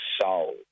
soul